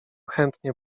chętnie